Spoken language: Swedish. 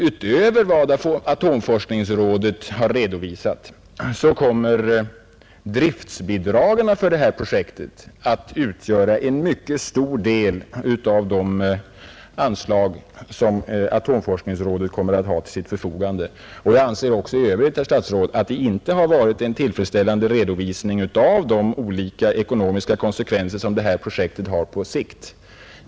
Utöver vad atomforskningsrådet har redovisat kommer i en lång framtid driftsbidragen för detta projekt att utgöra en mycket stor del av de anslag som atomforskningsrådet kommer att ha till sitt förfogande. Jag anser, herr statsråd, att det inte heller i övrigt har skett en tillfredsställande redovisning av de olika ekonomiska konsekvenser detta projekt har på sikt.